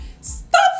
Stop